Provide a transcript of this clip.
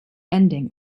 ending